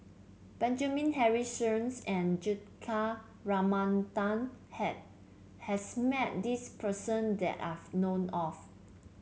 Benjamin Henry Sheares and Juthika Ramanathan has met this person that I know of